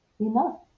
enough